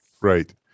right